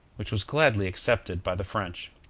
which was gladly accepted by the french.